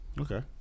Okay